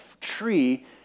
tree